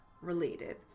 related